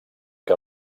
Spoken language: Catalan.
que